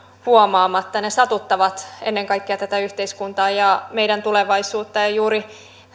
huomaamatta ne satuttavat ennen kaikkea tätä yhteiskuntaa ja meidän tulevaisuutta juuri